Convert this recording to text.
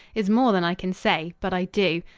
is more than i can say, but i do.